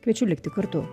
kviečiu likti kartu